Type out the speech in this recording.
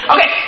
Okay